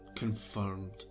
confirmed